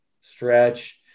stretch